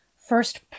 first